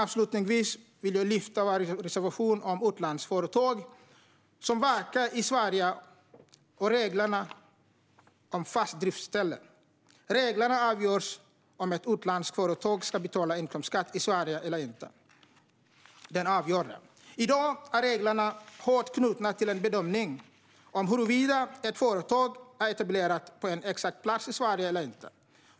Avslutningsvis vill jag lyfta fram vår reservation om utländska företag som verkar i Sverige och reglerna om fast driftsställe. Reglerna avgör om ett utländskt företag ska betala inkomstskatt i Sverige eller inte. I dag är reglerna hårt knutna till en bedömning av huruvida ett företag är etablerat på en exakt plats i Sverige eller inte.